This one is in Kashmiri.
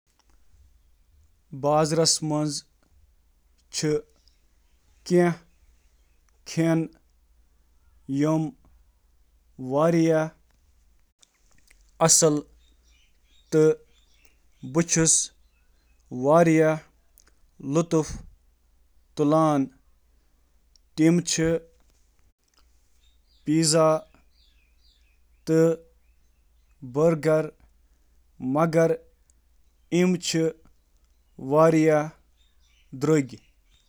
کینٛہہ کھیٚن یِم لُکھ اَکثَر لُطُف تُلان چھِ مگر واریاہ درٛوٚگ لبنہٕ یِوان تِمن منٛز چھِ شٔہری وازوان، ماز ، کۄکُر تہٕ باقٕے شٲمِل۔